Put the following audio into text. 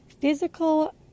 physical